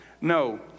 No